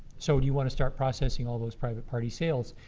so do you want to start processing all those private party sales,